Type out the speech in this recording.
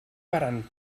parant